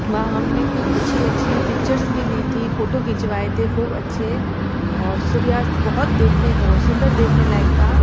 वहाँ हम ने ख़ूब अच्छी अच्छी पिक्चर्स भी ली थी फोटो खिंचवाएं थे ख़ूब अच्छे और सूर्यास्त बहुत देखने सुंदर देखने लायक था